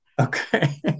Okay